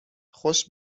خوش